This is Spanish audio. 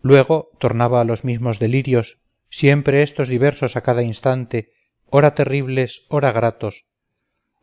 luego tornaba a los mismos delirios siempre éstos diversos a cada instante ora terribles ora gratos